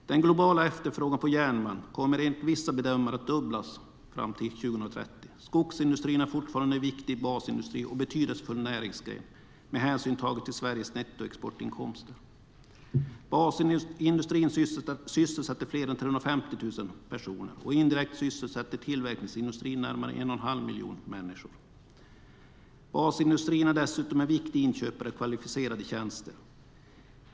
Den globala efterfrågan på järnmalm kommer enligt vissa bedömare att dubblas fram till 2030. Skogsindustrin är fortfarande en viktig basindustri och en betydelsefull näringsgren med hänsyn tagen till Sveriges nettoexportinkomster. Basindustrin sysselsätter fler än 350 000 personer, och indirekt sysselsätter tillverkningsindustrin närmare en och en halv miljon människor. Basindustrin är dessutom en viktig inköpare av kvalificerade tjänster.